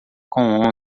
com